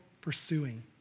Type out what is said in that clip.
pursuing